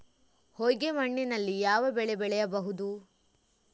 ಹೊಯ್ಗೆ ಮಣ್ಣಿನಲ್ಲಿ ಯಾವ ಬೆಳೆ ಬೆಳೆಯಬಹುದು?